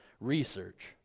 research